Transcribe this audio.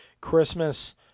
Christmas